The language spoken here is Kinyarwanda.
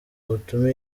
butuma